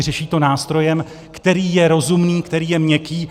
Řeší to nástrojem, který je rozumný, který je měkký.